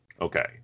Okay